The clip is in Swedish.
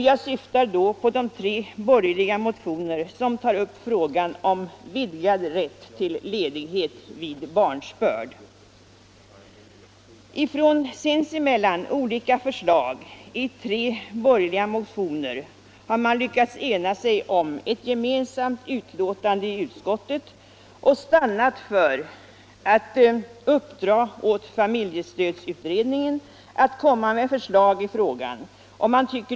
Jag syftar då på de tre borgerliga motioner som tar upp frågan om vidgad rätt till ledighet vid barnsbörd. Från sinsemellan olika förslag i tre borgerliga motioner har man lyckats ena sig om ett gemensamt betänkande i utskottet och stannat för att uppdra åt familjestödsutredningen att lägga fram förslag i frågan.